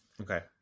Okay